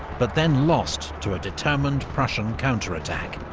but then lost to a determined prussian counterattack.